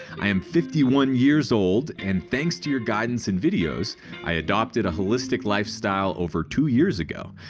i am fifty one years old and thanks to your guidance and videos i adopted a holistic lifestyle over two years ago.